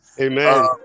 Amen